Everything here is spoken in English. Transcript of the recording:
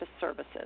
services